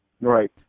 Right